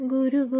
Guru